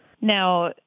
Now